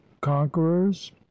Conquerors